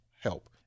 help